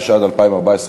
התשע"ד 2014,